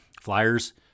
Flyers